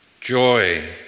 joy